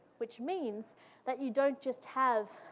which means that you don't just have,